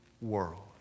world